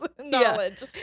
knowledge